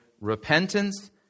repentance